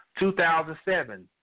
2007